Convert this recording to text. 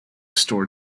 store